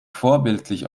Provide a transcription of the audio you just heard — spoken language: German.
vorbildlich